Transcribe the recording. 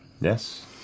Yes